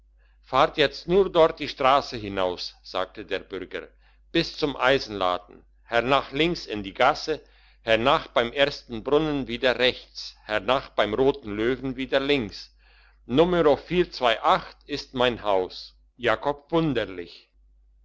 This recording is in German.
fahrt jetzt nur dort die strasse hinaus sagte der bürger bis zum eisenladen hernach links in die gasse hernach beim ersten brunnen wieder rechts hernach beim roten löwen wieder links numero ist mein haus jakob wunderlich